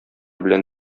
белән